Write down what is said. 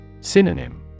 Synonym